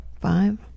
five